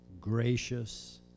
gracious